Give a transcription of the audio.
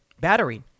battery